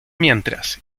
mientras